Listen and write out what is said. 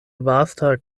vasta